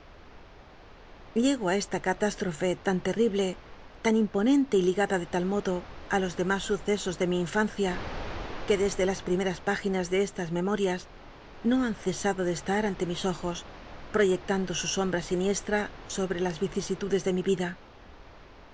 llego esa catüsttofe tan terl'ihlc tan imponenle y ligada de tal modo á los lemas sucesos de mi infancia que desde las primeas l áginas de estas lfemorias no ha cesado de estae ante mis ojos proyectando su sombra siniestm sobre las icisitudes de mi ida